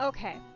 Okay